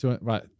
Right